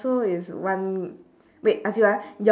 so it's one wait ask you ah your